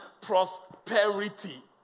prosperity